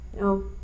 No